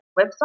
website